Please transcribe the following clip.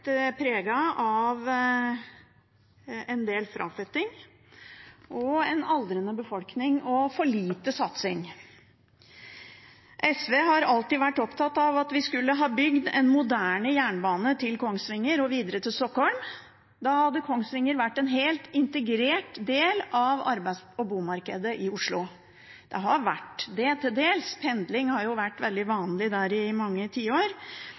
av en del fraflytting, en aldrende befolkning og for lite satsing. SV har alltid vært opptatt av at vi skulle ha bygd en moderne jernbane til Kongsvinger og videre til Stockholm. Da hadde Kongsvinger vært en helt integrert del av arbeids- og boligmarkedet i Oslo. Det har til dels vært det. Pendling har vært veldig vanlig i mange tiår,